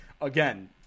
again